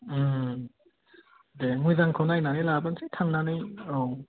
दे मोजांखौ नायनानै लाबोनोसै थांनानै औ